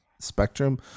spectrum